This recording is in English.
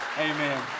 Amen